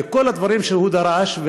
וכל הדברים שהוא דרש,